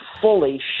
fully